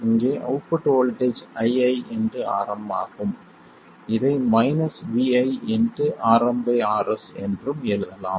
இங்கே output voltage ii Rm ஆகும் இதை Vi Rm Rs என்றும் எழுதலாம்